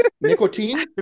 Nicotine